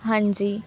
ਹਾਂਜੀ